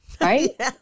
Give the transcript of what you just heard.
right